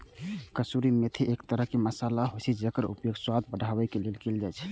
कसूरी मेथी एक तरह मसाला होइ छै, जेकर उपयोग स्वाद बढ़ाबै लेल कैल जाइ छै